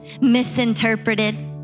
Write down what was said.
misinterpreted